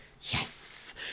yes